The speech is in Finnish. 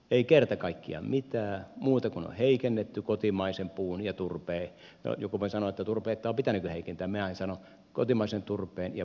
ei kerta kaikkiaan mitään muuta kuin on heikennetty kotimaisen puun ja turpeen joku voi sanoa että turvetta on pitänytkin heikentää minä en sano